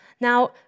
Now